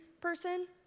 person